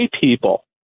people